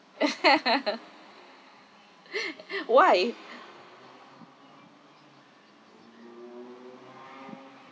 why